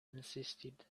insisted